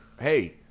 hey